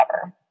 cover